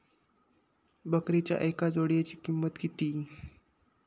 बकरीच्या एका जोडयेची किंमत किती?